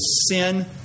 sin